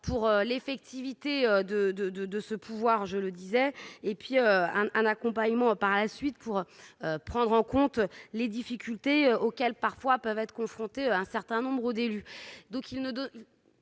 pour l'effectivité de, de, de, de ce pouvoir, je le disais, et puis un accompagnement par la suite pour prendre en compte les difficultés auxquelles parfois peuvent être confrontés à un certain nombre d'élus,